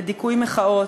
לדיכוי מחאות,